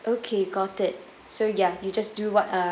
okay got it so ya you just do what uh